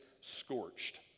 scorched